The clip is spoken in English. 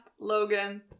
Logan